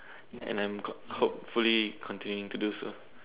and then hopefully continue to do so